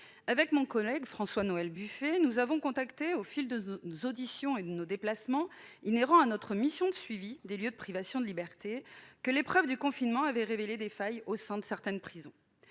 Mon collègue François-Noël Buffet et moi-même avons constaté, au fil des auditions et des déplacements inhérents à notre mission de suivi des lieux de privation de liberté, que l'épreuve du confinement a révélé des failles au sein de certaines prisons.